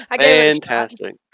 Fantastic